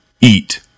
eat